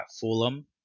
Fulham